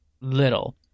little